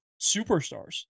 superstars